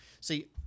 See